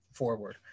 forward